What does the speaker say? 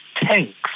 tanks